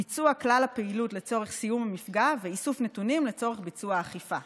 ביצוע כלל הפעולות לצורך סיום המפגע ואיסוף נתונים לצורך ביצוע האכיפה,